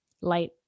light